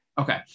Okay